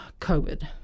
COVID